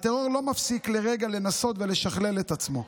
הטרור לא מפסיק לרגע לנסות ולשכלל את עצמו.